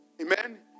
Amen